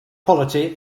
quality